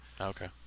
Okay